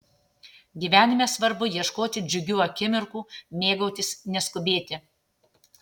gyvenime svarbu ieškoti džiugių akimirkų mėgautis neskubėti